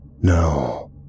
No